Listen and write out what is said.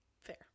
Fair